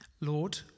Lord